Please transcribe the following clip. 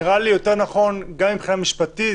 זה נראה לי יותר נכון גם מבחינה משפטית,